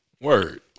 Word